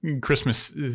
Christmas